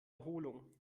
erholung